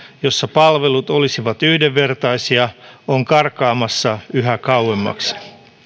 jossa palvelut olisivat yhdenvertaisia on karkaamassa yhä kauemmaksi